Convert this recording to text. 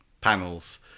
panels